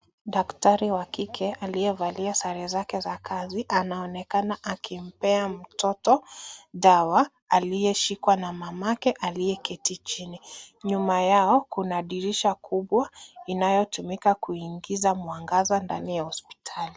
Daktari wa kike aliyevalia sare zake za kazi, anaonekana akimpea mtoto dawa, aliyeshikwa na mamake aliyeketi chini. Nyuma yao kuna dirisha kubwa inayotumika kuingiza mwangaza ndani ya hospitali.